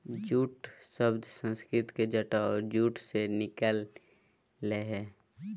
jute शब्द संस्कृत के जटा और जूट से निकल लय हें